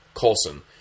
Coulson